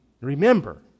Remember